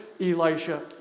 Elisha